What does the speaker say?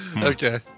Okay